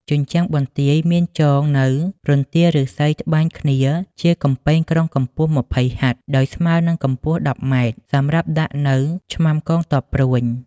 ជញ្ជាំងបន្ទាយមានចងនៅរន្ទាឬស្សីត្បាញគ្នាជាកំពែងក្រុងកម្ពស់ ២០ហត្ថ ដោយស្មើនិងកម្ពស់ ១០ម៉្រែត សម្រាប់ដាក់នៅឆ្មាំកងទ័ពព្រួញ ។